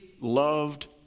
loved